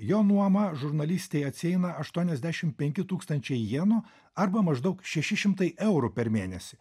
jo nuoma žurnalistei atsieina aštuoniasdešim penki tūkstančiai jenų arba maždaug šeši šimtai eurų per mėnesį